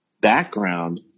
background